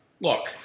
Look